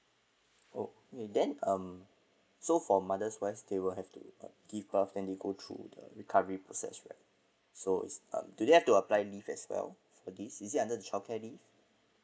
oh then um so for mother's wise they will have to give birth then they go through the recovery process right so is up do they have to apply leave as well is it under childcare leave